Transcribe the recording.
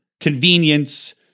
convenience